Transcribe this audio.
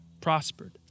prospered